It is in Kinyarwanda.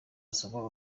asaba